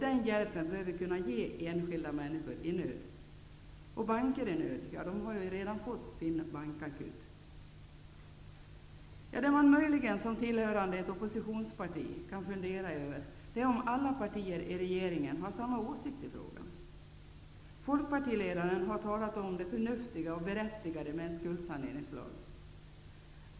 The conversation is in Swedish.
Den hjälpen bör vi kunna ge enskilda människor i nöd. Banker i nöd har ju redan fått sin bankakut! Vad man som medlem av ett oppositionsparti möjligen kan fundera över är om alla partier i regeringen har samma åsikt i frågan. Folkpartiledaren har talat om det förnuftiga och berättigade i en skuldsaneringslag.